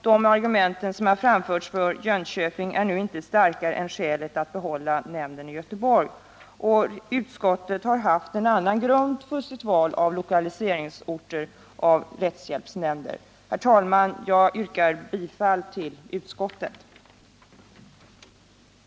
De argument som har framförts för Jönköping är inte starkare än skälet för att behålla nämnden i Göteborg. Utskottet har haft en annan grund för sitt val av lokaliseringsorter för rättshjälpsnämnder än regeringen. Herr talman! Jag yrkar bifall till utskottets hemställan.